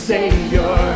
Savior